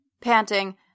Panting